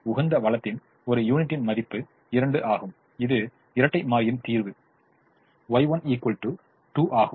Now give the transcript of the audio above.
உகந்த வளத்தின் ஒரு யூனிட்டின் மதிப்பு 2 ஆகும் இது இரட்டை மாறியின் தீர்வு Y1 2 ஆகும்